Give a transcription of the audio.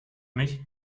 mich